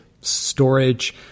storage